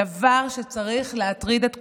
דבר שצריך להטריד את כולנו,